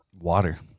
Water